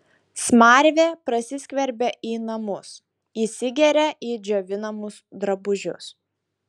smarvė prasiskverbia į namus įsigeria į džiovinamus drabužius